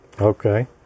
Okay